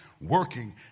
working